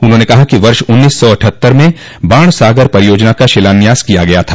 उन्होंने कहा कि वर्ष उन्नीस सौ अठहत्तर में बाणसागार परियोजना का शिलान्यास किया गया था